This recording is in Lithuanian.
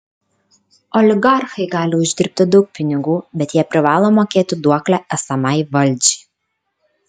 oligarchai gali uždirbti daug pinigų bet jie privalo mokėti duoklę esamai valdžiai